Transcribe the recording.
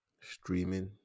Streaming